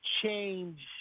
change